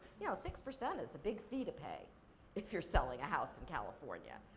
you know six percent is a big fee to pay if you're selling a house in california.